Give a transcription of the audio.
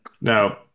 Now